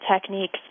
techniques